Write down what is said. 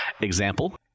Example